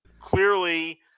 clearly